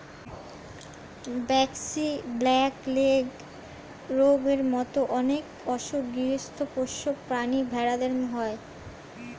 braxy, black leg রোগের মত অনেক অসুখ গৃহস্ত পোষ্য প্রাণী ভেড়াদের হয়